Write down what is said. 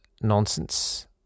nonsense